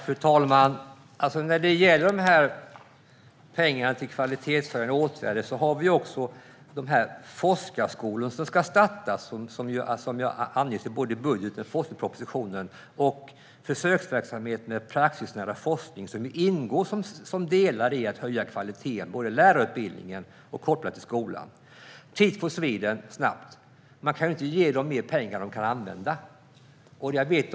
Fru talman! När det gäller pengarna till kvalitetshöjande åtgärder har vi också forskarskolorna som ska startas. Det har angetts både i budgeten och i forskningspropositionen. Det finns också försöksverksamhet med praxisnära forskning som ingår som delar i att höja kvaliteten både på lärarutbildningen och kopplat till skolan. Jag ska kort nämna Teach for Sweden. Man kan inte ge dem mer pengar än vad de kan använda.